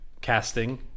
casting